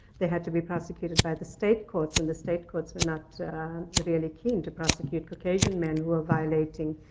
they had to be prosecuted by the state courts, and the state courts were not really keen to prosecute caucasian men who were violating